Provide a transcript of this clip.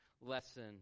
lesson